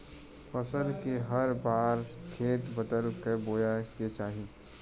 फसल के हर बार खेत बदल क बोये के चाही